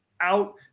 out